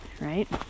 right